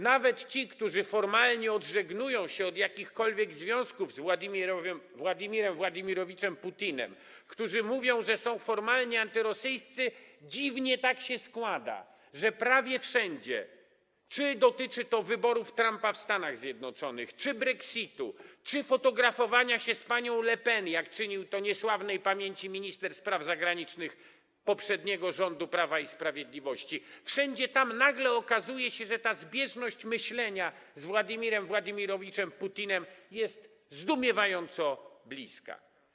Nawet w przypadku tych, którzy formalnie odżegnują się od jakichkolwiek związków z Władimirem Władimirowiczem Putinem, którzy mówią, że są formalnie antyrosyjscy, dziwnie tak się składa, że prawie wszędzie, czy dotyczy to wyboru Trumpa w Stanach Zjednoczonych, czy brexitu, czy fotografowania się z panią Le Pen, jak czynił to niesławnej pamięci minister spraw zagranicznych poprzedniego rządu Prawa i Sprawiedliwości, wszędzie tam nagle okazuje się, że ta zbieżność sposobu myślenia ze sposobem myślenia Władimira Władimirowicza Putina jest zdumiewająca.